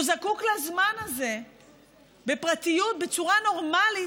והוא זקוק לזמן הזה בפרטיות בצורה נורמלית,